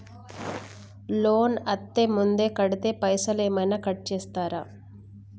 Loan అత్తే ముందే కడితే పైసలు ఏమైనా కట్ చేస్తరా?